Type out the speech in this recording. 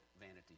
vanity